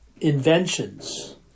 inventions